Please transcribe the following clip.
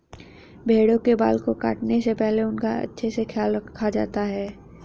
भेड़ों के बाल को काटने से पहले उनका अच्छे से ख्याल रखा जाता है